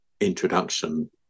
introduction